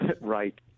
Right